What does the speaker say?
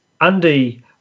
Andy